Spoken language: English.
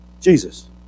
Jesus